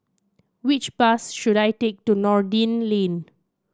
which bus should I take to Noordin Lane